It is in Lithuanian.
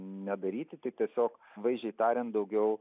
nedaryti tai tiesiog vaizdžiai tariant daugiau